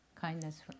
kindness